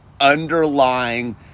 underlying